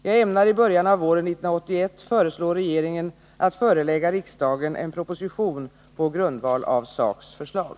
Jag ämnar i början av våren 1981 föreslå regeringen att förelägga riksdagen en proposition på grundval av SAK:s förslag.